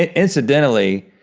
incidentally,